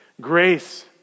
grace